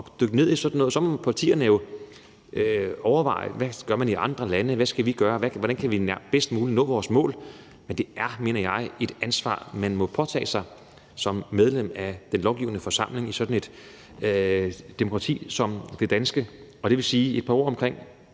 at dykke ned i sådan noget. Så må partierne jo overveje, hvad man gør i andre lande, hvad vi skal gøre, og hvordan vi bedst muligt kan nå vores mål. Men det er, mener jeg, et ansvar, man må påtage sig som medlem af den lovgivende forsamling i sådan et demokrati som det danske. Det fører mig til et par ord om